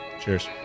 Cheers